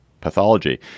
pathology –